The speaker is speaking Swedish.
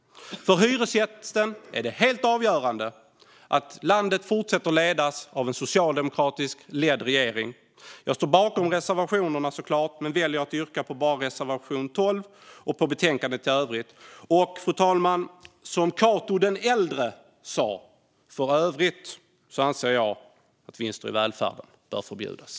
För hyresgästen är det helt avgörande att landet fortsätter att styras av en socialdemokratiskt ledd regering. Jag står såklart bakom våra reservationer men väljer att yrka bifall endast till reservation 12 samt till förslaget i betänkandet i övrigt. Fru talman! Som Cato den äldre sa: För övrigt anser jag att vinster i välfärden bör förbjudas.